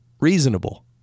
reasonable